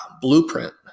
blueprint